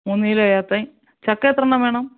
മൂന്ന് കിലോ ഏത്തൻ ചക്ക എത്രണ്ണം വേണം